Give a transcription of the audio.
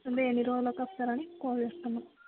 అంటే ఎన్ని రోలులకి వస్తారని కాల్ చేస్తున్నాం